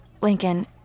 Lincoln